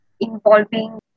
involving